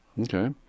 Okay